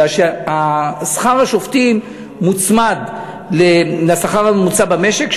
כי שכר השופטים מוצמד לשכר הממוצע במשק,